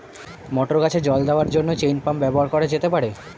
মটর গাছে জল দেওয়ার জন্য চেইন পাম্প ব্যবহার করা যেতে পার?